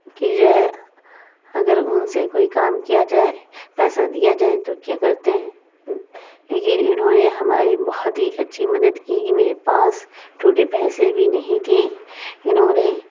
کی جو ہے اگر ان سے کوئی کام کیا جائے پیسہ دیا جائے تو کیا کرتے ہیں لیکن انھوں نے ہماری بہت ہی اچھی مدد کی کہ میرے پاس ٹوٹے پیسے بھی نہیں تھے انھوں نے